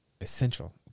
essential